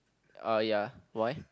oh ya why